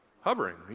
Hovering